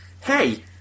hey